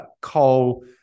coal